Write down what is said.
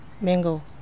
mango